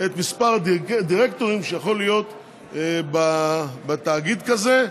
את מספר הדירקטורים שיכול להיות בתאגיד כזה,